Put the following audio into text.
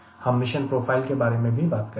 हम mission profile के बारे भी बात करेंगे